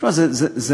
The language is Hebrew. תשמע, זה מביך.